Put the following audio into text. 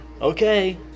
okay